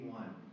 one